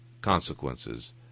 consequences